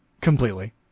completely